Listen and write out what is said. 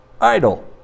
idle